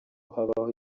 habaho